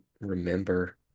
remember